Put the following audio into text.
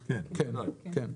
כן, כן.